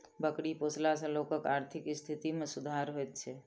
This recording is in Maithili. बकरी पोसला सॅ लोकक आर्थिक स्थिति मे सुधार होइत छै